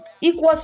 equals